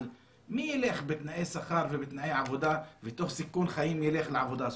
מי יילך בתנאי שכר ותנאי עבודה ותוך סיכון חיים לעבודה סוציאליים?